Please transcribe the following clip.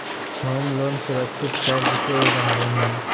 home loan सुरक्षित कर्ज के उदाहरण हय